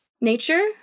nature